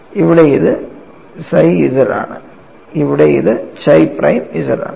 ഇവിടെ ഇത് psi z ആണ് ഇവിടെ ഇത് chi പ്രൈം z ആണ്